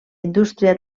indústria